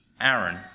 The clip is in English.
Aaron